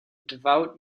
devout